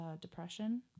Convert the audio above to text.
depression